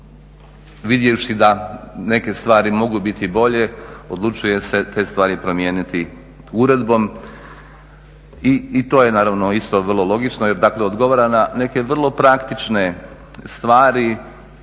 vidjevši da neke stvari mogu biti bolje, odlučuje se te stvari promijeniti uredbom. I to je naravno isto vrlo logično, jer dakle odgovara na neke vrlo praktične stvari